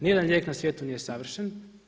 Nijedan lijek na svijetu nije savršen.